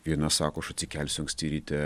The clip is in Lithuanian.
viena sako aš atsikelsiu anksti ryte